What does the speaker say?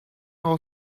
all